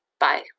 Bye